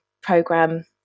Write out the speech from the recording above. program